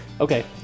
okay